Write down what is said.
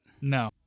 No